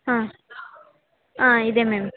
ಹಾಂ ಆಂ ಇದೆ ಮ್ಯಾಮ್